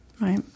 right